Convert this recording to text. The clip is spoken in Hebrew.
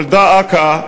אבל דא עקא,